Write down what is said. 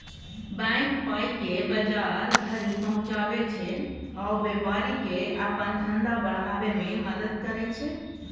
bank पाइकेँ बजार धरि पहुँचाबै छै आ बेपारीकेँ अपन धंधा बढ़ाबै मे मदद करय छै